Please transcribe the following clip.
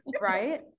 Right